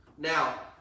Now